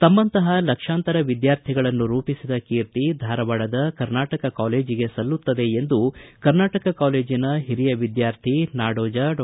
ತಮ್ಮಂತಹ ಲಕ್ಷಾಂತರ ವಿದ್ಯಾರ್ಥಿಗಳನ್ನು ರೂಪಿಸಿದ ಕೀರ್ತಿ ಧಾರವಾಡದ ಕರ್ನಾಟಕ ಕಾಲೇಜಿಗೆ ಸಲ್ಲುತ್ತದೆ ಎಂದು ಕರ್ನಾಟಕ ಕಾಲೇಜಿನ ಹಿರಿಯ ವಿದ್ವಾರ್ಥಿ ನಾಡೋಜ ಡಾ